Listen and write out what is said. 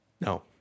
No